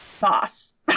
boss